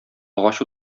агач